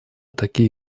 такие